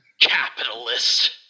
capitalist